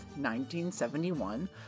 1971